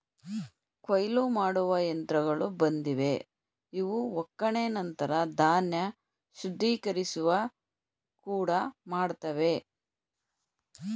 ಕೊಯ್ಲು ಮಾಡುವ ಯಂತ್ರಗಳು ಬಂದಿವೆ ಇವು ಒಕ್ಕಣೆ ನಂತರ ಧಾನ್ಯ ಶುದ್ಧೀಕರಿಸುವ ಕೂಡ ಮಾಡ್ತವೆ